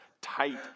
tight